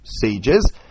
sages